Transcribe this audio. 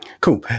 Cool